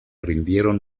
rindieron